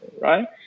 right